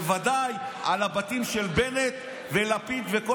בוודאי על הבתים של בנט ושל לפיד וכל